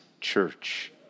church